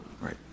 Right